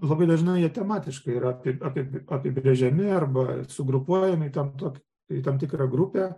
labai dažnai jie tematiškai yra apie apibrėžiami arba sugrupuojami tam tokį į tam tikrą grupę